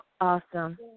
awesome